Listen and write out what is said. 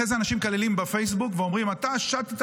אחרי זה אנשים מקללים בפייסבוק ואומרים: אתה שטת,